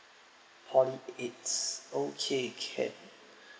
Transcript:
poly it's okay can